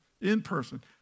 in-person